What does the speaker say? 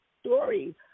Story